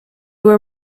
were